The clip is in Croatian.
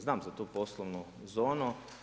Znam za tu poslovnu zonu.